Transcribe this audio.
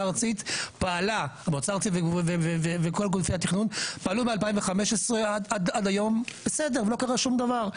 הארצית וכל גופי התכנון פעלו ב-2015 עד היום בסדר ולא קרה שום דבר.